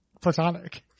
platonic